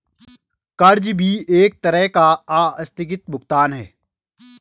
कर्ज भी एक तरह का आस्थगित भुगतान है